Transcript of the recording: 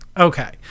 Okay